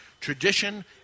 tradition